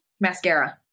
Mascara